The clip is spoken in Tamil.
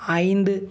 ஐந்து